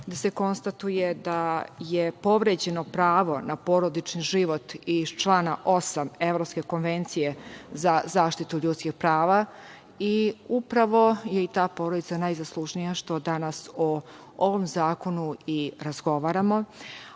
da se konstatuje da je povređeno pravo na porodični život iz člana 8. Evropske konvencije za zaštitu ljudskih prava, i upravo je i ta porodica najzaslužnija što danas o ovom zakonu i razgovaramo,